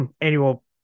annual